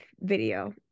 video